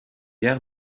guère